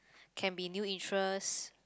can be new interest